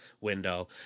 window